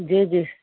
जी जी